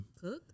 Cook